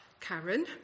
Karen